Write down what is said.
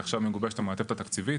עכשיו מגובשת המעטפת התקציבית.